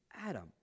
Adam